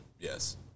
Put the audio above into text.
yes